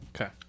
okay